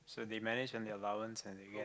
so they manage on their allowance and they get